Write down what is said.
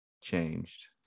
changed